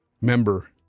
member